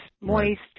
moist